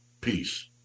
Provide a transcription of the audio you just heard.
peace